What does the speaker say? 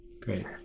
Great